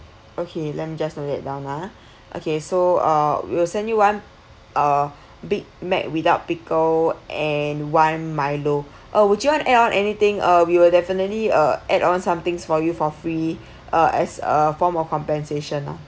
okay let me just note that down ah okay so uh we will send you one uh big mac without pickle and one milo uh would you want add on anything uh we will definitely uh add on somethings for you for free uh as a form of compensation lah